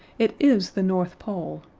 it is the north pole.